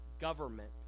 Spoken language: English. government